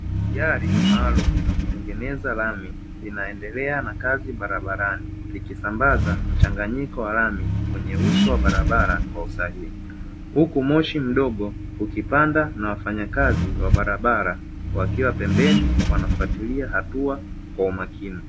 Gari maalum ya kutengeneza lami linaendelea na kazi barabarani nikisambaza mchanganyiko wa lami kwenye uso wa barabara kwa usahihi huku moshi mdogo ukipanda na wafanyakazi wa barabara wakiwa pembeni wanafuatilia hatua kwa umakini.